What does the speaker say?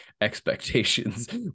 expectations